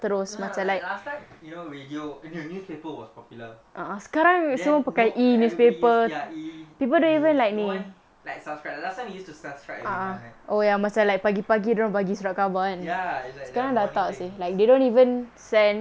no lah like last time you know radio you know newspaper was popular then you know everybody use ya E news no one like subscribe the last time you need to subscribe every month ya it's like damn morning thing